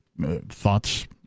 thoughts